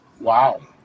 Wow